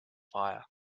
fire